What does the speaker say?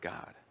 God